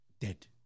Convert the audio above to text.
Dead